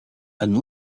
and